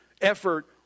effort